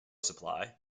supply